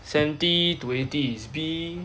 seventy to eighty is B